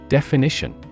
Definition